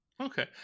okay